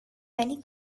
many